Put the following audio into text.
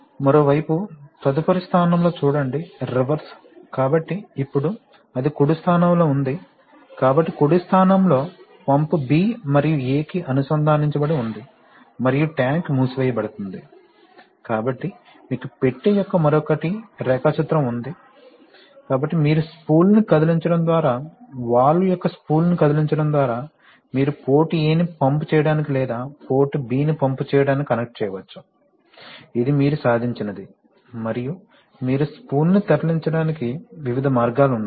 మరోవైపు తదుపరి స్థానంలో చూడండి రివర్స్ కాబట్టి ఇప్పుడు అది కుడి స్థానంలో ఉంది కాబట్టి కుడి స్థానంలో పంప్ B మరియు A కి అనుసంధానించబడి ఉంది మరియు ట్యాంక్ మూసివేయబడుతుంది కాబట్టి మీకు పెట్టె యొక్క మరొకటి రేఖాచిత్రం ఉంది కాబట్టి మీరు స్పూల్ ను కదిలించడం ద్వారా వాల్వ్ యొక్క స్పూల్ను కదిలించడం ద్వారా మీరు పోర్ట్ A ని పంప్ చేయడానికి లేదా పోర్ట్ B ని పంప్ చేయడానికి కనెక్ట్ చేయవచ్చు ఇది మీరు సాధించినది మరియు మీరు స్పూల్ను తరలించడానికి వివిధ మార్గాలు ఉన్నాయి